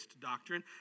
doctrine